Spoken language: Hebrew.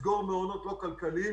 לסגור מעונות לא כלכליים,